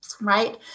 Right